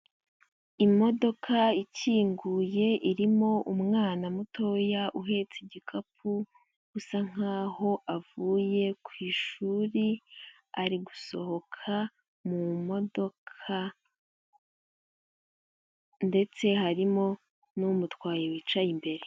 Imodoka ikinguye irimo umwana mutoya uhetse igikapu usa nk'aho avuye ku ishuri, ari gusohoka mu modoka, ndetse harimo n'umutwaye wicaye imbere.